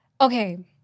Okay